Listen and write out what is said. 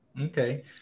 Okay